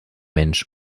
mensch